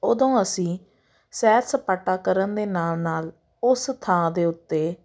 ਉਦੋਂ ਅਸੀਂ ਸੈਰ ਸਪਾਟਾ ਕਰਨ ਦੇ ਨਾਲ ਨਾਲ ਉਸ ਥਾਂ ਦੇ ਉੱਤੇ